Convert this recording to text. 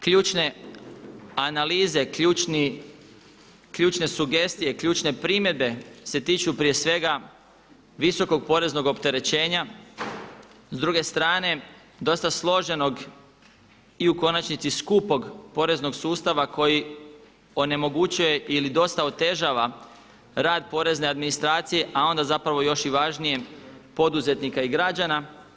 Ključne analize, ključne sugestije, ključne primjedbe se tiču prije svega visokog poreznog opterećenja, s druge strane dosta složenog i u konačnici skupog poreznog sustava koji onemogućuje ili dosta otežava rad porezne administracije a onda zapravo još i važnije poduzetnika i građana.